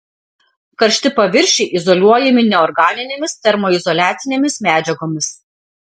karšti paviršiai izoliuojami neorganinėmis termoizoliacinėmis medžiagomis